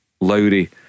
Lowry